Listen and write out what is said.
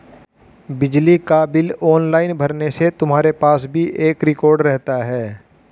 बिजली का bill online भरने से तुम्हारे पास भी एक रिकॉर्ड रहता है